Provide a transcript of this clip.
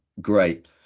Great